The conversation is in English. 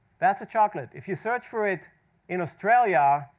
that's a chocolate. if you search for it in australia,